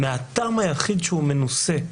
מהטעם היחיד שהוא מנוסה.